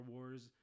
Wars